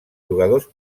jugadors